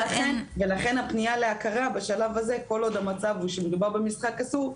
לכן הפניה להכרה בשלב הזה כל עוד המצב הוא שמדובר במשחק אסור,